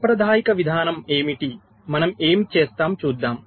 సాంప్రదాయిక విధానం ఏమిటి మనం ఏమి చేస్తాం చూద్దాం